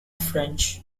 french